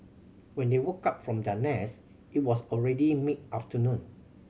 when they woke up from their it was already mid afternoon